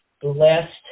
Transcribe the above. blessed